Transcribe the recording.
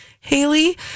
Haley